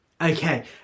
Okay